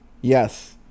yes